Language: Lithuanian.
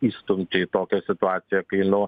įstumti į tokią situaciją kai nu